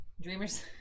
dreamers